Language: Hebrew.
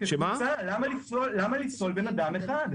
למה לפסול הדרכה לאדם אחד?